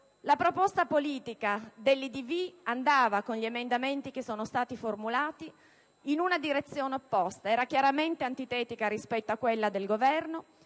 La proposta politica dell'IdV andava, con gli emendamenti presentati, in una direzione opposta: era chiaramente antitetica rispetto a quella del Governo